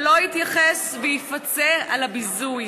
אבל לא יתייחס ויפצה על הביזוי,